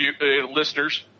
listeners